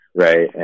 right